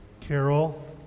Carol